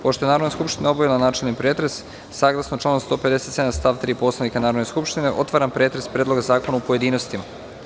Pošto je Narodna skupština obavila načelni pretres saglasno članu 157. stav 3. Poslovnika Narodne skupštine otvaram pretres Predloga zakona u pojedinostima.